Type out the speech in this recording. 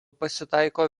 pasitaiko